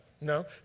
No